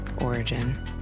Origin